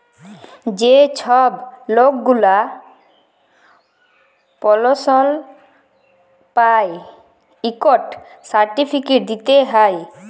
যে ছব লক গুলা পেলশল পায় ইকট সার্টিফিকেট দিতে হ্যয়